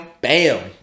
bam